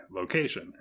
location